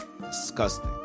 disgusting